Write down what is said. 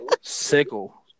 Sickle